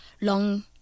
long